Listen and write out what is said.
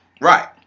Right